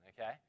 okay